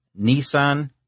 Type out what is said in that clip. Nissan